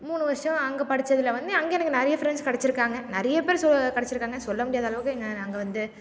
மூணு வருஷம் அங்கே படித்ததுல வந்து அங்க எனக்கு நிறைய ஃப்ரெண்ட்ஸ் கிடச்சிருக்காங்க நிறையப்பேர் கிடச்சிருக்காங்க சொல்லமுடியாத அளவுக்கு அங்கே வந்து